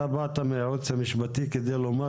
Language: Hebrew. אז אתה באת מהייעוץ המשפטי כדי לומר